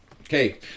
Okay